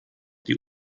die